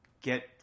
get